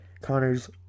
connor's